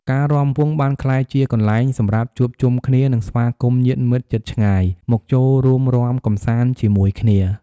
ការរាំវង់បានក្លាយជាកន្លែងសម្រាប់ជួបជុំគ្នា និងស្វាគមន៍ញាតិមិត្តជិតឆ្ងាយមកចូលរួមរាំកម្សាន្តជាមួយគ្នា។